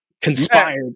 conspired